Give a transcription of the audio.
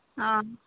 ᱚ